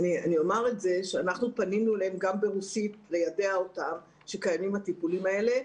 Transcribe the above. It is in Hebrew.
פנינו אליהם גם ברוסית כדי ליידע אותם שקיימים הטיפולים האלה.